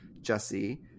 Jesse